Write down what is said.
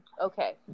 Okay